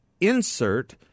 insert